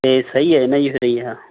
ਅਤੇ ਸਹੀ ਹੈ ਨਾ ਜੀ ਫਿਰ ਇਹ ਹਾਂ